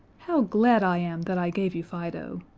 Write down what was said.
how glad i am that i gave you fido.